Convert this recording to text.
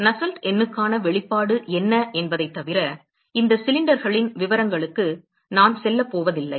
Nusselt எண்ணுக்கான வெளிப்பாடு என்ன என்பதைத் தவிர இந்த சிலிண்டர்களின் விவரங்களுக்கு நான் செல்லப் போவதில்லை